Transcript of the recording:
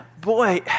boy